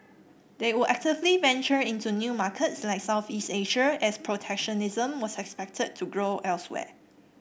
they would actively venture into new markets like Southeast Asia as protectionism was expected to grow elsewhere